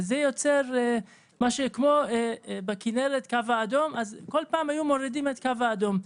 וזה דומה למצב שהיו מורידים כל פעם את הקו האדום בכינרת.